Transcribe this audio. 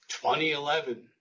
2011